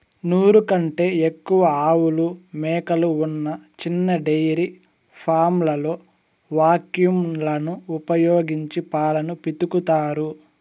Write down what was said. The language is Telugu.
నూరు కంటే ఎక్కువ ఆవులు, మేకలు ఉన్న చిన్న డెయిరీ ఫామ్లలో వాక్యూమ్ లను ఉపయోగించి పాలను పితుకుతారు